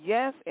Yes